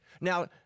Now